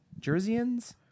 Jerseyans